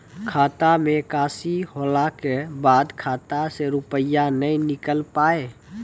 खाता मे एकशी होला के बाद खाता से रुपिया ने निकल पाए?